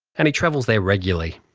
and he travels there regularly.